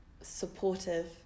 supportive